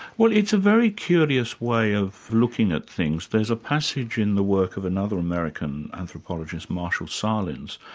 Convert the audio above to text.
well it's a very curious way of looking at things. there's a passage in the work of another american anthropologist, marshall sahlins,